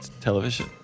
television